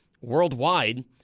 worldwide